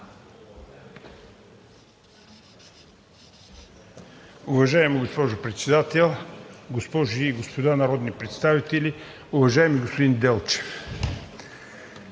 Уважаема госпожо Председател, госпожи и господа народни представители! Уважаеми господин Русев,